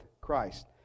Christ